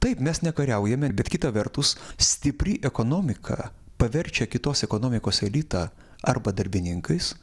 taip mes nekariaujame bet kita vertus stipri ekonomika paverčia kitos ekonomikos elitą arba darbininkais